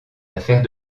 affaires